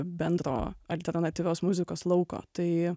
bendro alternatyvios muzikos lauko tai